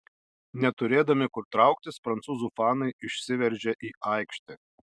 neturėdami kur trauktis prancūzų fanai išsiveržė į aikštę